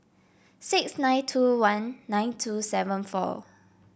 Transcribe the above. six nine two one nine two seven four